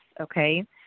okay